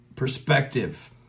perspective